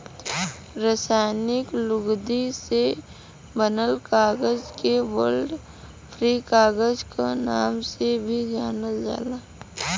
रासायनिक लुगदी से बनल कागज के वुड फ्री कागज क नाम से भी जानल जाला